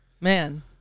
man